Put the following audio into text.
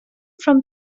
from